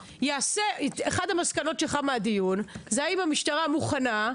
אחת המסקנות שלך מהדיון זה האם המשטרה מוכנה.